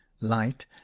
light